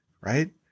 right